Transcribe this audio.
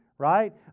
right